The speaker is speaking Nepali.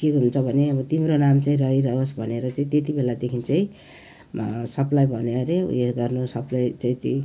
के हुन्छ भने अब तिम्रो नाम चाहिँ रहिरहोस् भनेर चाहिँ त्यति बेलादेखि चाहिँ सबलाई भन्यो अरे उयो गर्नु सबलाई त्यही दिन